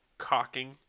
cocking